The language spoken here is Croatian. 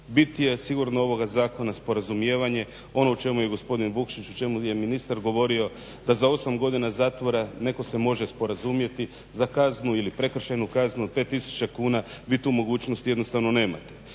Bit je sigurno ovoga zakona sporazumijevanje, ono o čemu je gospodin Vukšić, o čemu je ministar govorio da za osam godina zatvora netko se može sporazumjeti za kaznu ili prekršajnu kaznu od 5 tisuće kuna vi tu mogućnost jednostavno nemate.